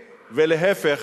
ולהיפך,